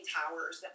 towers